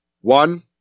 One